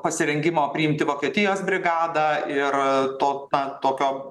pasirengimo priimti vokietijos brigadą ir to na tokio